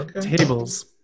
Tables